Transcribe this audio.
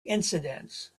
incidents